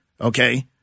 Okay